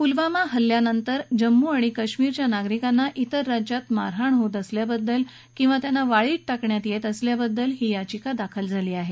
पुलवामा हल्ल्यानंतर जम्मू आणि कश्मीरी नागरिकांना ब्रिर राज्यात मारहाण होत असल्याबद्दल किंवा त्यांना वाळीत टाकण्यात येत असल्याबद्दल ही याचिका दाखल झाली आहे